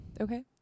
okay